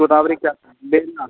गोदावरी का मेघनाथ